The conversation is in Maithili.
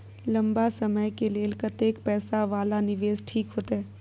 लंबा समय के लेल कतेक पैसा वाला निवेश ठीक होते?